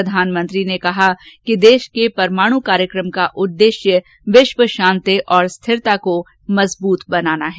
प्रधानमंत्री ने कहा कि देश के परमाणु कार्यक्रम का उद्देश्य विश्व शांति और स्थिरता को मजबूत बनाना है